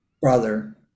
brother